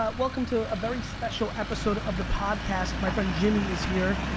ah welcome to a very special episode of the podcast. my friend jimmy is here.